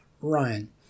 Ryan